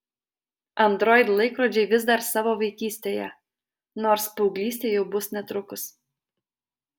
android laikrodžiai vis dar savo vaikystėje nors paauglystė jau bus netrukus